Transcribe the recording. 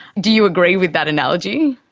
do you agree with that analogy?